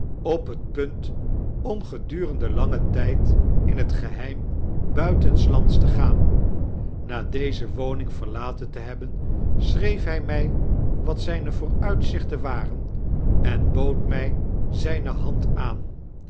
op hot punt om gediurende langen tijd in het geheim buitenslands te gaan na deze wonting veda-ten te hebben schreef hij mij wat zijne vooruitakshten watnen en bood mij zijne hand aan